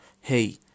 hey